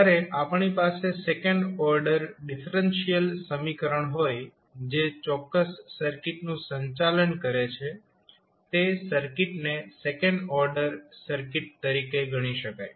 જ્યારે આપણી પાસે સેકન્ડ ઓર્ડર ડિફરેન્શિયલ સમીકરણ હોય જે ચોક્કસ સર્કિટનું સંચાલન કરે છે તે સર્કિટને સેકન્ડ ઓર્ડર સર્કિટ તરીકે ગણી શકાય